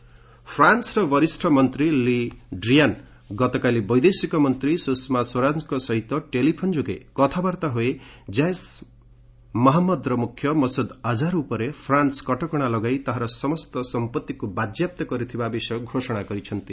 Swaraj Drian ଫ୍ରାନ୍ସର ବରିଷ୍ଣ ମନ୍ତ୍ରୀ ଲି ଡ୍ରିଆନ୍ ଗତକାଲି ବୈଦେଶିକ ମନ୍ତ୍ରୀ ସୁଷମା ସ୍ୱରାଜଙ୍କ ସହିତ ଟେଲିଫୋନ୍ ଯୋଗେ କଥାବାର୍ତ୍ତା ହୋଇ ଜେସେ ମହମ୍ମଦର ମୁଖ୍ୟ ମସୁଦ୍ ଆଝାର ଉପରେ ଫ୍ରାନ୍ନ କଟକଣା ଲଗାଇ ତାହାର ସମସ୍ତ ସମ୍ପଭିକୁ ବାଜ୍ୟାପ୍ତ କରିଥିବା ବିଷୟ ସୂଚନା ଦେଇଛନ୍ତି